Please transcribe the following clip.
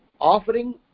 Offering